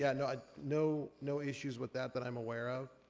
yeah, no ah no no issues with that that i'm aware of.